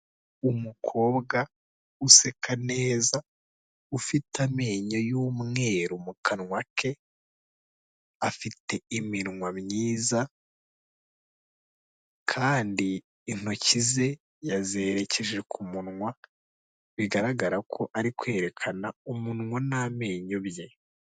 Umukobwa useka neza, ufite amenyo y'umweru mu kanwa ke, afite iminwa myiza, kandi intoki ze yazerekeje ku munwa bigaragara ko, ari kwerekana umunwa n'amenyo bye.